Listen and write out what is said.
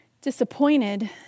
Disappointed